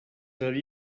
del